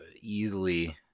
easily